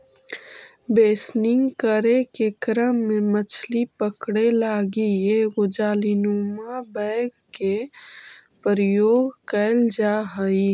बेसनिंग करे के क्रम में मछली पकड़े लगी एगो जालीनुमा बैग के प्रयोग कैल जा हइ